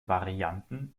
varianten